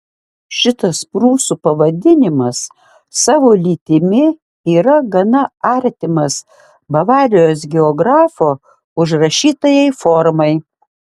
šitas prūsų pavadinimas savo lytimi yra gana artimas bavarijos geografo užrašytajai formai